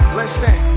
listen